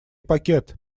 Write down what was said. пакет